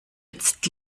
jetzt